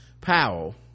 Powell